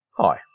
Hi